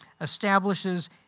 establishes